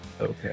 Okay